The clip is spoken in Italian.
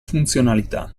funzionalità